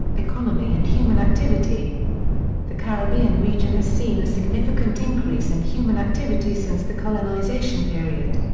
economy and human activity the caribbean region has seen a significant increase in human activity since the colonisation period.